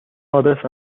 آدرس